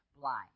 blind